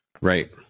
right